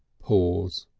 pause.